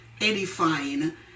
edifying